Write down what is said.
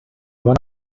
one